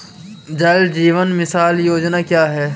जल जीवन मिशन योजना क्या है?